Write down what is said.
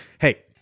hey